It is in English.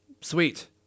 Sweet